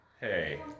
Hey